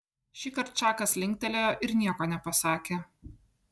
šįkart čakas linktelėjo ir nieko nepasakė